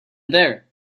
there